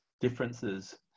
differences